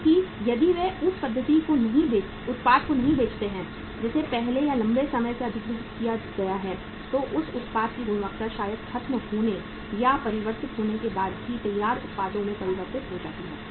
क्योंकि यदि वे उस उत्पाद को नहीं बेचते हैं जिसे पहले या लंबे समय से अधिग्रहित किया गया है तो उस उत्पाद की गुणवत्ता शायद खत्म होने या परिवर्तित होने के बाद भी तैयार उत्पादों में परिवर्तित हो जाती है